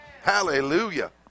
Hallelujah